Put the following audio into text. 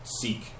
seek